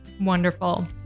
Wonderful